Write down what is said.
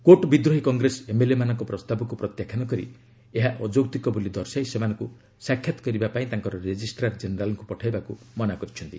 court ବିଦ୍ରୋହୀ Congress MLA ମାନଙ୍କ ପ୍ରସ୍ତାବକୁ ପ୍ରତ୍ୟାଖ୍ୟାନ କରି ଏହା ଅଯୌକ୍ତିକ ବୋଲି ଦର୍ଶାଇ ସେମାନଙ୍କୁ ସାକ୍ଷାତ କରିବା ପାଇଁ ତାଙ୍କର ରେଜିଷ୍ଟାର ଜେନେରାଲ୍ଙ୍କୁ ପଠାଇବାକୁ ମନା କରିଛନ୍ତି